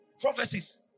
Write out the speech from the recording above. prophecies